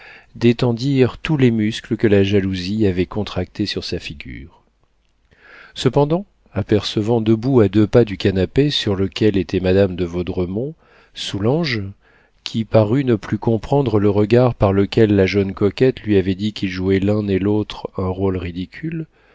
détendirent tous les muscles que la jalousie avait contractés sur sa figure cependant apercevant debout à deux pas du canapé sur lequel était madame de vaudremont soulanges qui parut ne plus comprendre le regard par lequel la jeune coquette lui avait dit qu'ils jouaient l'un et l'autre un rôle ridicule